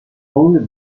owned